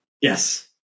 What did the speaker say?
Yes